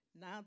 now